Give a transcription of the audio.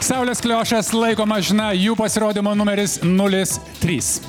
saulės kliošas laiko mašina jų pasirodymo numeris nulis trys